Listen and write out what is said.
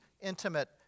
intimate